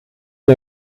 wie